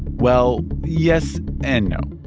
well, yes and no.